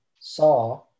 saw